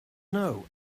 know